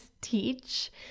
teach